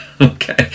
Okay